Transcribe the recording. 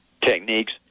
techniques